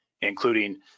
including